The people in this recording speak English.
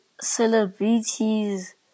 celebrities